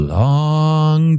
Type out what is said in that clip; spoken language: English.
long